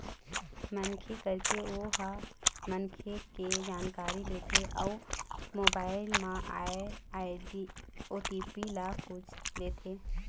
phone करके ओ ह मनखे के जानकारी लेथे अउ मोबाईल म आए ओ.टी.पी ल पूछ लेथे